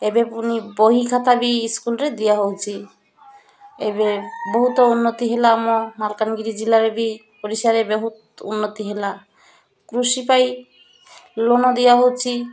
ଏବେ ପୁଣି ବହି ଖାତା ବି ସ୍କୁଲରେ ଦିଆହେଉଛି ଏବେ ବହୁତ ଉନ୍ନତି ହେଲା ଆମ ମାଲକାନଗିରି ଜିଲ୍ଲାରେ ବି ଓଡ଼ିଶାରେ ବହୁତ ଉନ୍ନତି ହେଲା କୃଷି ପାଇ ଲୋନ୍ ଦିଆହେଉଛି